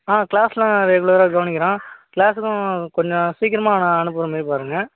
ஆ class எல்லாம் ரெகுலராக கவனிக்கிறான் க்ளாஸுக்கும் கொஞ்சம் சீக்கிரமாக அவனை அனுப்புறமாரி பாருங்கள்